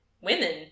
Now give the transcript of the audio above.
Women